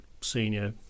senior